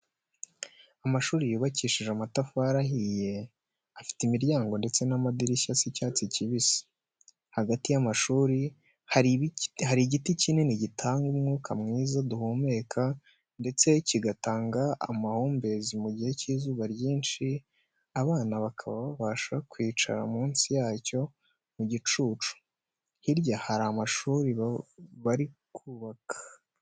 Amashuri yubakishije amatafari ahiye, afite imiryango ndetse n'amadirishya asa icyatsi kibisi. Hagati y'amashuri hari igiti kinini gitanga umwuka mwiza duhumeka ndetse kigatanga amahumbezi mu gihe cy'izuba ryinshi, abana bakaba babasha kwicara munsi yacyo mu gicucu. Hirya hari andi mashuri bari kubaka.